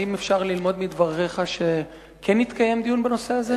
האם אפשר ללמוד מדבריך שכן יתקיים דיון בנושא הזה?